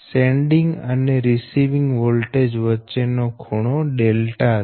sending અને receiving voltage વચ્ચે નો ખૂણો δ છે